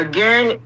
Again